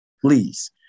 Please